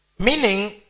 Meaning